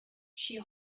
she